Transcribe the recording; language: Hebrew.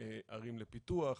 ערים לפיתוח,